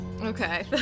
Okay